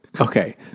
Okay